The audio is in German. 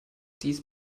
dies